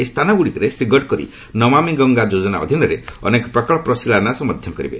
ଏହି ସ୍ଥାନଗୁଡ଼ିକରେ ଶ୍ରୀ ଗଡ଼କରୀ ନମାମି ଗଙ୍ଗା ଯୋଜନା ଅଧୀନରେ ଅନେକ ପ୍ରକଳ୍ପର ଶିଳାନ୍ୟାସ ମଧ୍ୟ କରିବେ